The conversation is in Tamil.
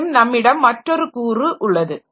மேலும் நம்மிடம் மற்றொரு கூறு உள்ளது